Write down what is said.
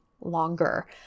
longer